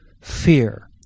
fear